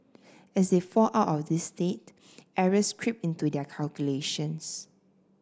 as they fall out of this state errors creep into their calculations